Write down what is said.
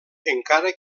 encara